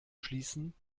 schließen